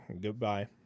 goodbye